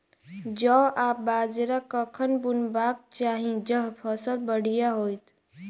जौ आ बाजरा कखन बुनबाक चाहि जँ फसल बढ़िया होइत?